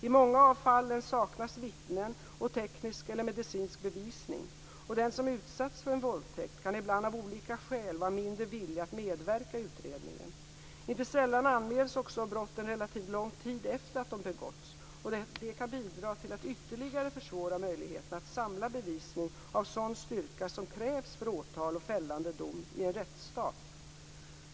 I många av fallen saknas vittnen och teknisk eller medicinsk bevisning, och den som utsatts för en våldtäkt kan ibland av olika skäl vara mindre villig att medverka i utredningen. Inte sällan anmäls också brotten relativt lång tid efter att de begåtts och detta kan bidra till att ytterligare försvåra möjligheterna att samla bevisning av sådan styrka som krävs för åtal och fällande dom i en rättsstat.